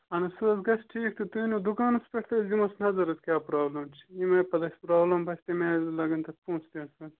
اَہَن حظ سُہ حظ گژھِ ٹھیٖک تہٕ تُہۍ أنِو دُکانَس پٮ۪ٹھ تہٕ أسۍ دِموَس نظر کیٛاہ پرابلِم چھِ ییٚمہِ آیہِ پَتہٕ اَسہِ پرابلِم باسہِ تٔمۍ آیہِ لَگَن تَتھ پونٛسہٕ تہِ حظ پَتہٕ